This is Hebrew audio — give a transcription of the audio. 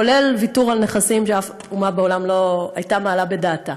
כולל ויתור על נכסים שאף אומה בעולם לא הייתה מעלה בדעתה.